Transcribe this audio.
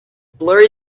blurry